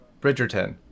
bridgerton